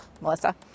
Melissa